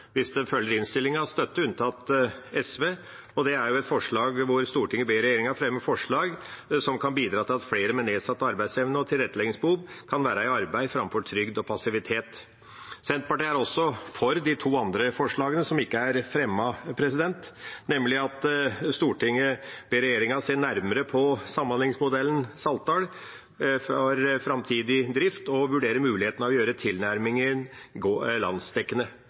hvis de følger innstillinga, støtte, unntatt SV, og det er et forslag hvor Stortinget ber regjeringen fremme forslag som kan bidra til at flere med nedsatt arbeidsevne og tilretteleggingsbehov kan være i arbeid, framfor trygd og passivitet. Senterpartiet er også for de to andre forslagene, som ikke er fremmet. Det ene er at Stortinget ber regjeringa se nærmere på samhandlingsmodellen i Saltdal for å sikre framtidig drift, og vurdere muligheten for å gjøre tilnærmingen landsdekkende